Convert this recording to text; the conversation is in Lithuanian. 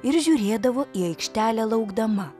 ir žiūrėdavo į aikštelę laukdama